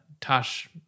Tosh